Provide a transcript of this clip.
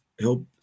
help